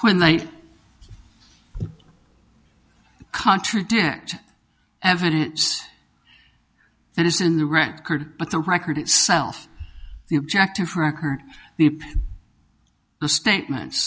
when they contradict evidence that is in the record but the record itself the objective record the statements